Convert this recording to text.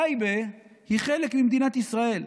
טייבה היא חלק ממדינת ישראל.